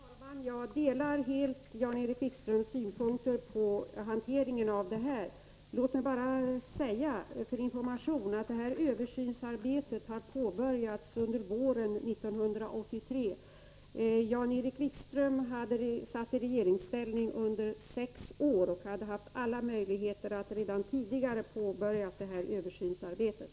Herr talman! Jag delar helt Jan-Erik Wikströms synpunkter på hanteringen av den här saken. Låt mig bara som information nämna att detta överynsarbete har påbörjats under våren 1983. Jan-Erik Wikström satt i regeringsställning under sex år och hade haft alla möjligheter att redan tidigare påbörja översynsarbetet.